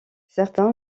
certains